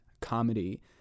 comedy